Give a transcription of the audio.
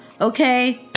Okay